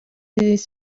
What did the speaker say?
des